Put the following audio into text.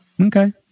okay